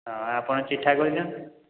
ହଁ ଆପଣ ଚିଠା କରି ଦିଅନ୍ତୁ